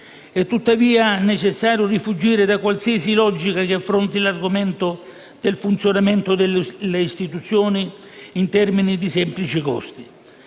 È tuttavia necessario rifuggire da qualsiasi logica che affronti l'argomento del funzionamento delle istituzioni in termini di semplici costi.